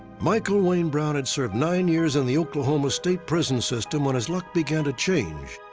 michael wayne brown had served nine years in the oklahoma state prison system when his luck began to change.